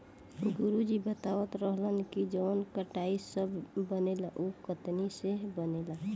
गुरु जी बतावत रहलन की जवन काइटो सभ बनेला उ काइतीने से बनेला